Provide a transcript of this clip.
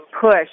push